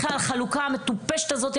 בכלל החלוקה מטופשת הזאתי,